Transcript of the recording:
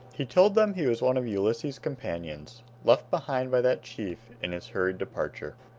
he told them he was one of ulysses's companions, left behind by that chief in his hurried departure.